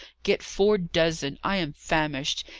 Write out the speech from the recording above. get four dozen. i am famished.